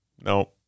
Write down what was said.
No